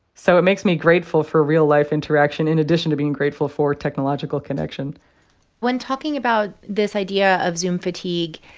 so it makes me grateful for real-life interaction in addition to being grateful for technological connection when talking about this idea of zoom fatigue,